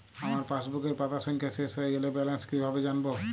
আমার পাসবুকের পাতা সংখ্যা শেষ হয়ে গেলে ব্যালেন্স কীভাবে জানব?